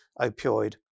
opioid